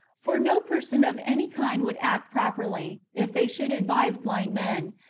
for no persons of any kind would act properly, if they should advise blind men,